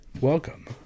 welcome